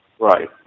Right